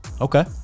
Okay